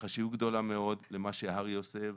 חשיבות גדולה מאוד למה שהר"י עושה,